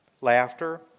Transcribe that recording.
Laughter